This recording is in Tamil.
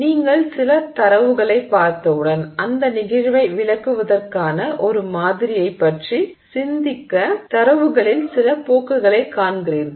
நீங்கள் சில தரவுகளைப் பார்த்தவுடன் அந்த நிகழ்வை விளக்குவதற்கான ஒரு மாதிரியைப் பற்றி சிந்திக்க தரவுகளில் சில போக்குகளைக் காண்கிறீர்கள்